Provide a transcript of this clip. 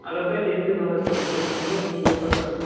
اَگر تۄہہِ أکسٕے دۄہَس چھُ تیٚلہِ دِمہٕ بہٕ وُہ پٔرسَنٛٹ